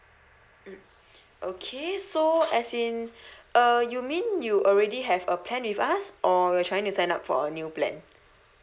mm okay so as in uh you mean you already have a plan with us or you're trying to sign up for a new plan